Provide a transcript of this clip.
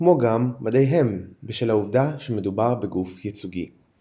כמו גם מדיהם, בשל העובדה שמדובר בגוף ייצוגי.